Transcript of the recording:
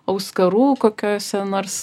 auskarų kokiose nors